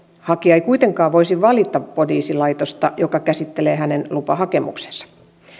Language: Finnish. hakija ei kuitenkaan voisi valita poliisilaitosta joka käsittelee hänen lupahakemuksensa